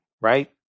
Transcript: right